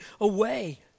away